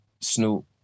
Snoop